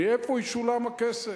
מאיפה ישולם הכסף.